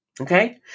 okay